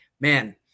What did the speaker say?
man